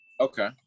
Okay